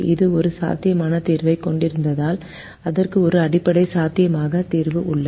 இது ஒரு சாத்தியமான தீர்வைக் கொண்டிருந்தால் அதற்கு ஒரு அடிப்படை சாத்தியமான தீர்வு உள்ளது